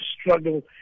struggle